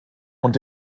und